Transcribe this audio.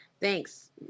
Thanks